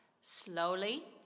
slowly